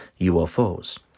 UFOs